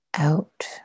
Out